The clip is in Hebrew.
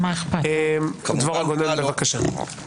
דבורה גונן, בבקשה.